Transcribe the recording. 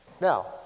Now